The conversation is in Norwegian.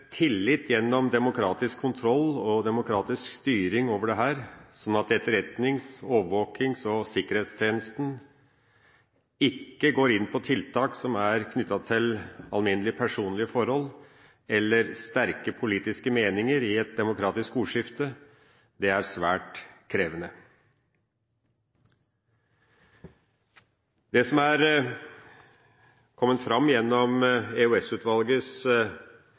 tillit gjennom demokratisk kontroll og ha demokratisk styring over dette, sånn at Etterretnings-, overvåknings- og sikkerhetstjenesten ikke går inn på tiltak som er knyttet til alminnelige personlige forhold eller sterke politiske meninger i et demokratisk ordskifte, er svært krevende. Det som er kommet fram gjennom